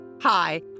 Hi